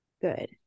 Good